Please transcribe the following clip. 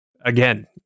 again